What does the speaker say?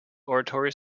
oratory